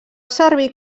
servir